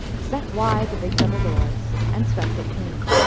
set wide the big double doors, and swept it clean.